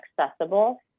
accessible